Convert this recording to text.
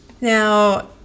Now